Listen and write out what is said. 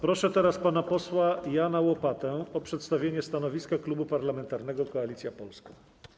Proszę teraz pana posła Jana Łopatę o przedstawienie stanowiska Klubu Parlamentarnego Koalicja Polska.